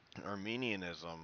armenianism